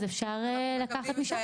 אז אפשר לקחת משם.